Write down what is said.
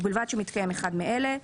ובלבד שמתקיים אחד מאלה: